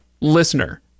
listener